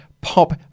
pop